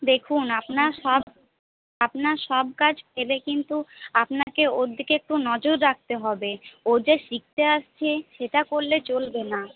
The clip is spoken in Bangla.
দেখুন আপনার সব আপনার সব কাজ ফেলে কিন্তু আপনাকে ওর দিকে একটু নজর রাখতে হবে ও যে শিখতে আসছে সেটা করলে চলবে না